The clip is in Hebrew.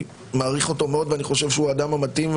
מעריך אותו מאוד ואני חושב שהוא האדם המתאים,